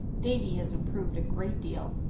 davy has improved a great deal.